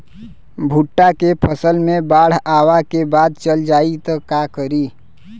भुट्टा के फसल मे बाढ़ आवा के बाद चल जाई त का करी?